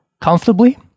comfortably